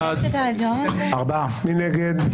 מי נגד?